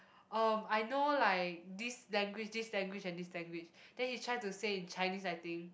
um I know like this language this language and this language then he tried to say in Chinese I think